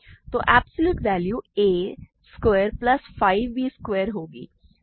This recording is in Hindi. तो absolute value a square plus 5 b square होगी